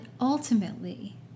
ultimately